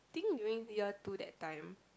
think during year two that time